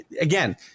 again